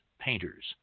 painters